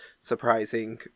surprising